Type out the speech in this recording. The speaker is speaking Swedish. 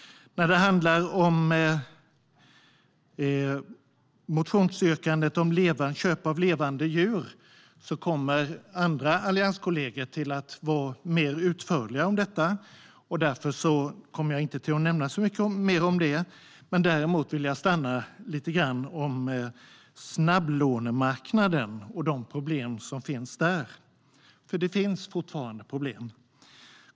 När det handlar om motionsyrkandet om köp av levande djur kommer allianskollegor att vara mer utförliga, och därför kommer jag inte att nämna så mycket mer om det. Däremot vill jag stanna lite grann vid snabblånemarknaden och de problem som finns där, för det finns fortfarande problem.